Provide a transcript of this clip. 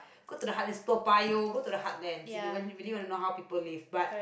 go to the heartlands Toa-Payoh go to the heartlands if you really really want to know how people live but